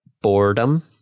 Boredom